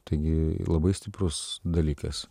tai gi labai stiprus dalykas